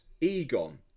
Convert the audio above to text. Egon